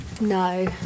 no